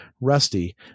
Rusty